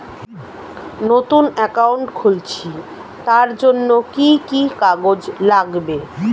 নতুন অ্যাকাউন্ট খুলছি তার জন্য কি কি কাগজ লাগবে?